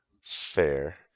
fair